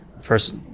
First